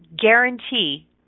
guarantee